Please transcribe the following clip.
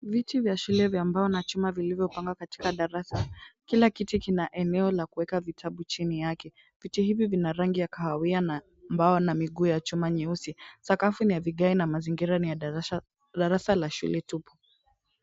Viti vya shule vya mbao na chuma vilivyopangwa katika darasa. Kila kiti kina eneo la kuweka vitabu chini yake. Viti hivi vina rangi ya kahawia na mbao na miguu ya chuma nyeusi. Sakafu ni ya vigae na mazingira ni ya darasa, darasa la shule tupu.